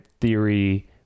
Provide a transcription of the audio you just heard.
theory